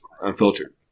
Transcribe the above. unfiltered